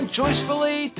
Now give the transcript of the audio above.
joyfully